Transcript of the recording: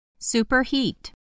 Superheat